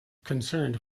concerned